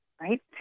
right